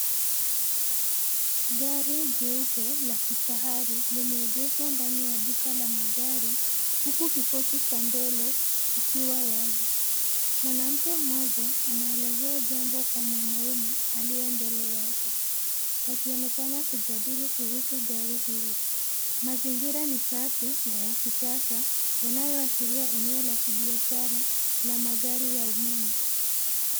Gari jeupe la kifahari limeegeshwa ndani ya duka la magari huku kipochi cha mbele kikiwa wazi. Mwanamke mmoja, anaelezea jambo kwa mwanamme aliye mbele yake. Wakionekana kujadili kuhusu gari hili. Mazingra ni safi na ya kisasa yanayo ashiria eneo la kibiashara la magari ya umeme.